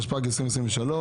התשפ"ג-2023,